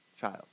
child